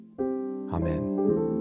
Amen